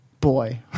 boy